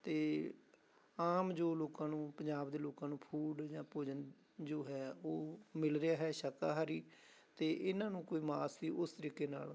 ਅਤੇ ਆਮ ਜੋ ਲੋਕਾਂ ਨੂੰ ਪੰਜਾਬ ਦੇ ਲੋਕਾਂ ਨੂੰ ਫੂਡ ਜਾਂ ਭੋਜਨ ਜੋ ਹੈ ਉਹ ਮਿਲ ਰਿਹਾ ਹੈ ਸ਼ਾਕਾਹਾਰੀ ਅਤੇ ਇਹਨਾਂ ਨੂੰ ਕੋਈ ਮਾਸ ਦੀ ਉਸ ਤਰੀਕੇ ਨਾਲ